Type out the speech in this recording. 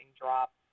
drop